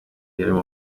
gihugu